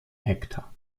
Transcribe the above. hektar